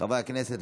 חברי הכנסת,